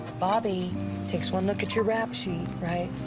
bobby takes one look at your rap sheet, right,